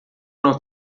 não